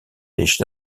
des